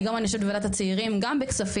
היום אני יושבת בוועדת הצעירים גם בכספים,